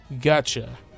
gotcha